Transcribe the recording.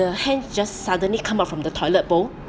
the hand just suddenly come up from the toilet bowl